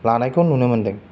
लानायखौ नुनो मोनदों